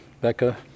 Becca